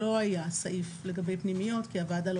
לא היה סעיף לגבי פנימיות כי הוועדה לא